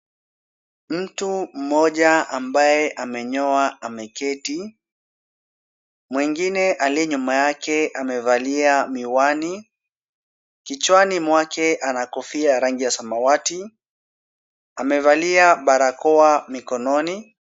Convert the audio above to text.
Mtu mmoja ambaye amenyoa ameketi. Mwingine aliye nyuma yake amevalia miwani. Kichwani mwake ana kofia ya rangi ya samawati. Amevalia barakoa mikononi.